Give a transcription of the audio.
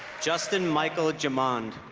justin michael gemond